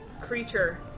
creature